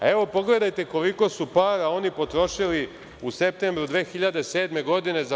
Evo, pogledajte koliko su para oni potrošili u septembru 2007. godine za